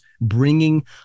bringing